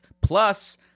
Plus